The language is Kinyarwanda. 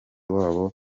wabo